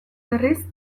berriz